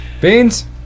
Beans